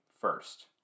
first